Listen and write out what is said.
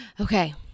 Okay